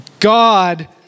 God